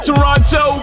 Toronto